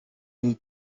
une